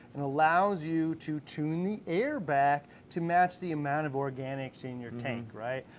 and allows you to tune the air back to match the amount of organics in your tank, right?